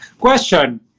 Question